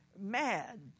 mad